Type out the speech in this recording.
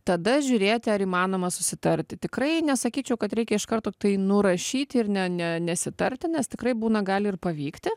tada žiūrėti ar įmanoma susitarti tikrai nesakyčiau kad reikia iš karto tai nurašyti ir ne ne nesitarti nes tikrai būna gali ir pavykti